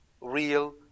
real